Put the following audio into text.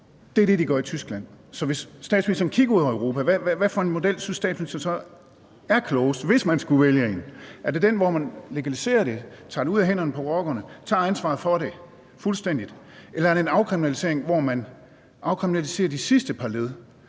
kigger ud over Europa, hvad for en model synes statsministeren så er klogest, hvis man skulle vælge en? Er det den, hvor man legaliserer det, tager det ud af hænderne på rockerne, tager ansvaret for det fuldstændigt, eller er det en afkriminalisering, hvor man afkriminaliserer de sidste par led,